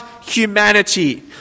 humanity